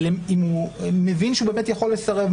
אם הוא מבין שהוא באמת יכול לסרב,